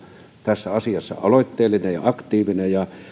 tässä asiassa aloitteellinen ja aktiivinen ja